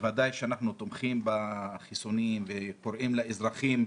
בוודאי שאנחנו תומכים בחיסונים וקוראים לאזרחים,